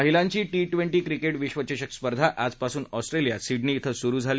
महिलांची T twenty cricket विश्वचषक स्पर्धा आजपासून ऑस्ट्रेलियात सिडनी इथं सुरु झाली